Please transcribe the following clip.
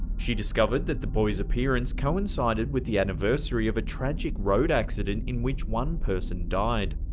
she discovered that the boy's appearance coincided with the anniversary of a tragic road accident in which one person died.